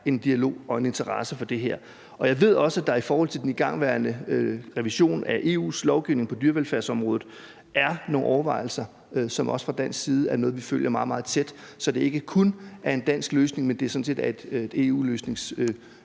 en dialog om og en interesse for det her. Jeg ved også, at der i forbindelse med den igangværende revision af EU's lovgivning på dyrevelfærdsområdet er nogle overvejelser, som er noget, vi fra dansk side følger meget, meget tæt, så det ikke kun er en dansk løsning, men sådan set er en EU-løsning,